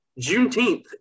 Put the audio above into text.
Juneteenth